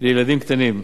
לילדים קטנים.